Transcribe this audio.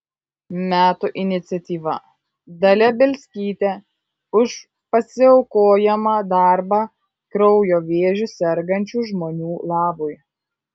metų iniciatyva dalia bielskytė už pasiaukojamą darbą kraujo vėžiu sergančių žmonių labui